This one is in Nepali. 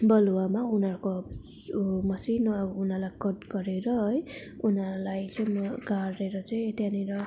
बलुवामा उनीहरूको अब मसिनो अब उनीहरूलाई कट गरेर है उनीहरूलाई चाहिँ म गाडेर चाहिँ त्यहाँनिर